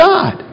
God